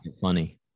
Funny